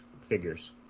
figures